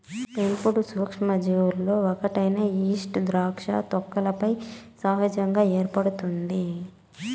పెంపుడు సూక్ష్మజీవులలో ఒకటైన ఈస్ట్ ద్రాక్ష తొక్కలపై సహజంగా ఏర్పడుతుంది